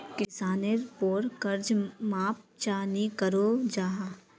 किसानेर पोर कर्ज माप चाँ नी करो जाहा?